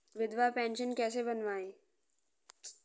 विधवा पेंशन कैसे बनवायें?